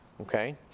Okay